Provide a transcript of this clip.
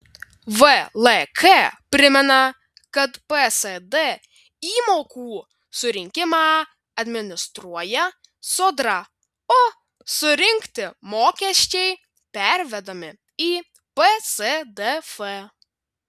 vlk primena kad psd įmokų surinkimą administruoja sodra o surinkti mokesčiai pervedami į psdf